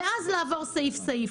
ואז לעבור סעיף-סעיף.